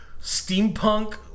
steampunk